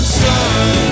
sun